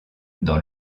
dans